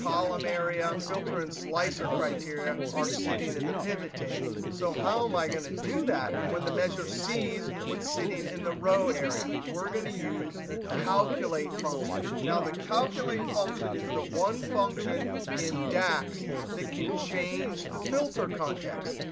column area, um filter, and slicer criteria are sitting in the pivot table. so how am i going to do that? when the measure sees what's sitting in the row area, we're going to use the calculate function. now, the calculate function is the one function in dax that can change the filter context.